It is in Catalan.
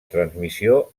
transmissió